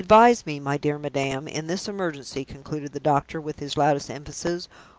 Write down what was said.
advise me, my dear madam, in this emergency, concluded the doctor, with his loudest emphasis.